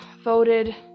voted